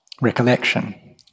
recollection